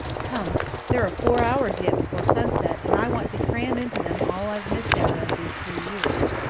come there are four hours yet before sunset, and i want to cram into them all i've missed out of these three years.